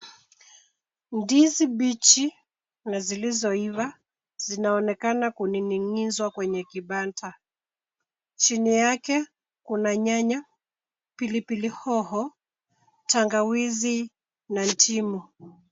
Ndizi mbichi na zilizoiva zinaonekana kuning'inizwa kwenye kibanda. Chini yake kuna nyanya, pilipili hoho, tangawizi na ndimu.